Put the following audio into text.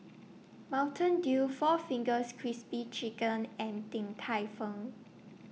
Mountain Dew four Fingers Crispy Chicken and Din Tai Fung